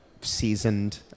seasoned